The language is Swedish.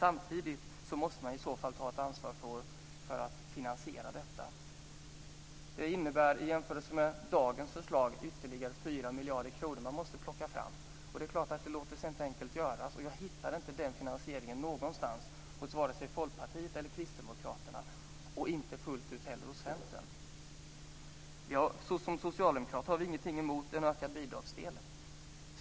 Samtidigt måste man i så fall ta ansvar för att finansiera detta. Det innebär i jämförelse med dagens förslag ytterligare 4 miljarder kronor som man måste plocka fram. Det är klart att det låter sig inte enkelt göras. Jag hittar inte den finansieringen någonstans hos vare sig Folkpartiet eller Kristdemokraterna, och inte heller fullt ut hos Centern. Som socialdemokrat har jag ingenting emot en ökad bidragsdel.